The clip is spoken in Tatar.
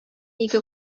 ике